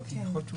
כן.